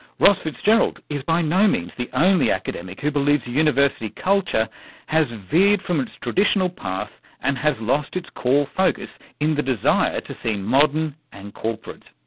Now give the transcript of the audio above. ross fitzgerald is by no means the only academic who believes university culture has veered from its traditional path and has lost its core focus in the desire to seem modern and corporate.